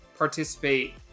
Participate